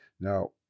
Now